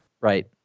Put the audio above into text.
Right